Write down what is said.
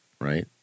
right